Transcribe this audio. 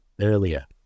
earlier